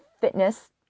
fitness